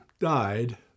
died